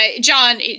John